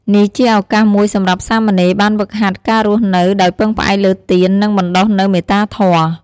នេះជាឱកាសមួយសម្រាប់សាមណេរបានហ្វឹកហាត់ការរស់នៅដោយពឹងផ្អែកលើទាន និងបណ្ដុះនូវមេត្តាធម៌។